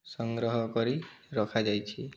ସଂଗ୍ରହ କରି ରଖାଯାଇଛି